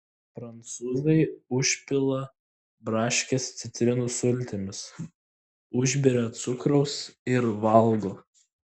prancūzai užpila braškes citrinų sultimis užberia cukraus ir valgo